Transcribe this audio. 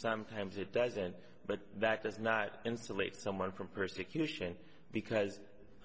sometimes it doesn't but that does not insulate someone from persecution because